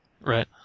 Right